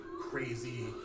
crazy